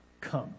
Come